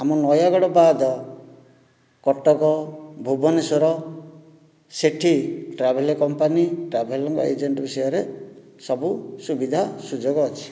ଆମ ନୟାଗଡ଼ ବାଦ କଟକ ଭୁବନେଶ୍ୱର ସେହିଠି ଟ୍ରାଭେଲ୍ କମ୍ପାନୀ ଟ୍ରାଭେଲିଙ୍ଗ ଏଜେଣ୍ଟ ବିଷୟରେ ସବୁ ସୁବିଧା ସୁଯୋଗ ଅଛି